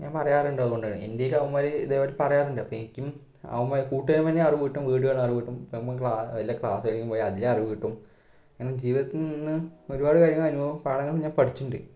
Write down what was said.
ഞാൻ പറയാറുണ്ട് അതുകൊണ്ടാണ് എന്തെലും അവന്മാര് ഇതേപോലെ പറയാറുണ്ട് അപ്പം എനിക്കും അവന്മാര് കൂട്ടുകാർ അറിവ് കിട്ടും വീട്ടിൽ നിന്നാൽ അറിവ് കിട്ടും പിന്നെ അല്ലേ ക്ലാസ്സിലും പോയാൽ അതിലും അറിവ് കിട്ടും എനിക്ക് ജീവിതത്തിൽ നിന്ന് ഒരു പാട് കാര്യങ്ങൾ അനുഭവ പാഠങ്ങൾ ഞാൻ പഠിച്ചിട്ടുണ്ട്